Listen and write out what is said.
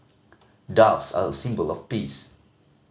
doves are a symbol of peace